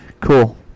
Cool